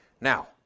now